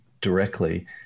directly